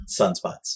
Sunspots